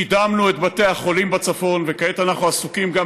קידמנו את בתי החולים בצפון וכעת אנחנו עסוקים גם